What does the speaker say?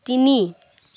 তিনি